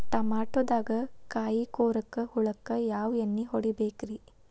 ಟಮಾಟೊದಾಗ ಕಾಯಿಕೊರಕ ಹುಳಕ್ಕ ಯಾವ ಎಣ್ಣಿ ಹೊಡಿಬೇಕ್ರೇ?